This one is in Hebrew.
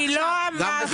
עכשיו.